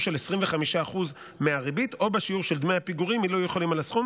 של 25% מהריבית או בשיעור של דמי הפיגורים אילו היו חלים על הסכום,